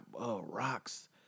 rocks